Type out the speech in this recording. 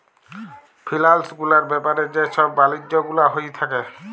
ফিলালস গুলার ব্যাপারে যে ছব বালিজ্য গুলা হঁয়ে থ্যাকে